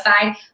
side